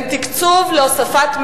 אין תקצוב להוספת מקלטים,